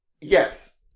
Yes